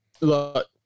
Look